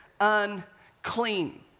unclean